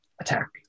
Attack